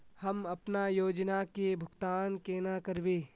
हम अपना योजना के भुगतान केना करबे?